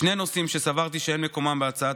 שני נושאים שסברתי שאין מקומם בהצעת